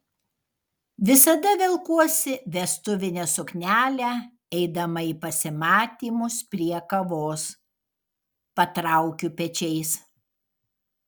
visada velkuosi vestuvinę suknelę eidama į pasimatymus prie kavos patraukiu pečiais